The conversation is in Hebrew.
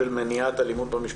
לב אליהם.